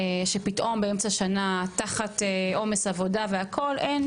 שפתאום באמצע השנה תחת עומס עבודה והכול אין,